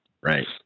Right